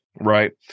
Right